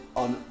on